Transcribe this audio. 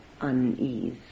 unease